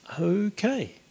Okay